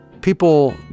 People